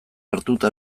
hartuta